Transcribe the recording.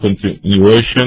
continuation